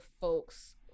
folks